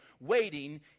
Waiting